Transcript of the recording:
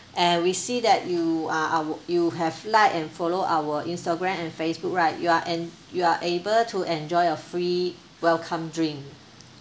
and we see that you uh ou~ you have liked and follow our Instagram and Facebook right you are en~ you are able to enjoy a free welcome drink